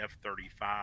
F-35